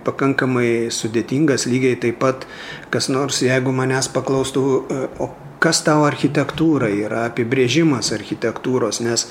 pakankamai sudėtingas lygiai taip pat kas nors jeigu manęs paklaustų o kas tau architektūra yra apibrėžimas architektūros nes